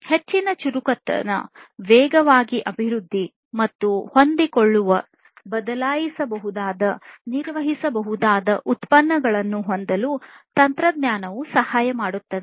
ಹೆಚ್ಚಿನ ಚುರುಕುತನ ವೇಗವಾಗಿ ಅಭಿವೃದ್ಧಿ ಮತ್ತು ಹೊಂದಿಕೊಳ್ಳುವ ಬದಲಾಯಿಸಬಹುದಾದ ನಿರ್ವಹಿಸಬಹುದಾದ ಉತ್ಪನ್ನಗಳನ್ನು ಹೊಂದಲು ತಂತ್ರಜ್ಞಾನವು ಸಹಾಯ ಮಾಡುತ್ತದೆ